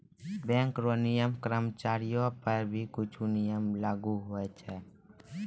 bank रो नियम कर्मचारीयो पर भी कुछु नियम लागू हुवै छै